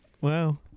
Wow